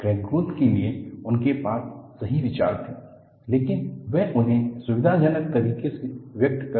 crack growth के लिए उनके पास सही विचार थे लेकिन वह उन्हें सुविधाजनक तरीके से व्यक्त करने में सक्षम नहीं थे